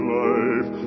life